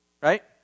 right